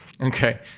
Okay